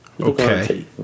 Okay